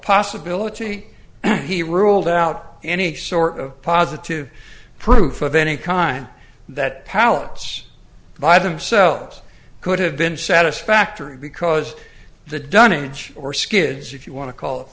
possibility he ruled out any sort of positive proof of any kind that palettes by themselves could have been satisfactory because the done inch or skids if you want to call